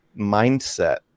mindset